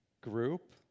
group